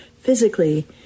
physically